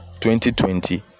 2020